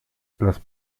las